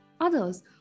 Others